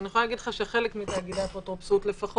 ואני יכולה להגיד לך שחלק מתאגידי האפוטרופסות לפחות,